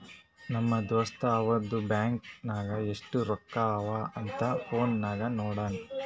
ನಮ್ ದೋಸ್ತ ಅವಂದು ಬ್ಯಾಂಕ್ ನಾಗ್ ಎಸ್ಟ್ ರೊಕ್ಕಾ ಅವಾ ಅಂತ್ ಫೋನ್ ನಾಗೆ ನೋಡುನ್